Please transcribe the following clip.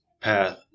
path